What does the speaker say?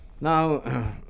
Now